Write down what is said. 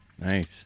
Nice